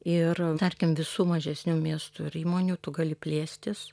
ir tarkim visų mažesnių miestų ir įmonių tu gali plėstis